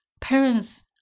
Parents